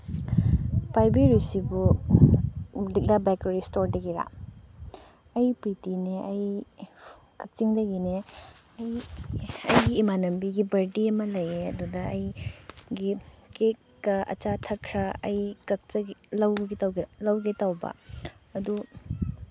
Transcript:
ꯄꯥꯏꯕꯤꯔꯤꯁꯤꯕꯨ ꯂꯤꯛꯂꯥ ꯕꯦꯀꯔꯤ ꯏꯁꯇꯣꯔꯗꯒꯤꯔꯥ ꯑꯩ ꯄ꯭ꯔꯤꯇꯤꯅꯦ ꯑꯩ ꯀꯛꯆꯤꯡꯗꯒꯤꯅꯦ ꯑꯩ ꯑꯩꯒꯤ ꯏꯃꯥꯟꯅꯕꯤꯒꯤ ꯕꯔꯗꯦ ꯑꯃ ꯂꯩꯌꯦ ꯑꯗꯨꯗ ꯑꯩꯒꯤ ꯀꯦꯛꯀ ꯑꯆꯥ ꯑꯊꯛ ꯈꯔ ꯑꯩ ꯂꯧꯒꯦ ꯇꯧꯕ ꯑꯗꯨ